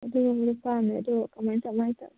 ꯑꯗꯨꯒꯨꯝꯕꯗꯣ ꯄꯥꯝꯃꯦ ꯑꯗꯣ ꯀꯃꯥꯏ ꯀꯃꯥꯏꯅ ꯇꯧ